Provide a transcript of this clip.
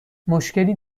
مشکلی